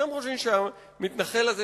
אתם חושבים שהמתנחל הזה,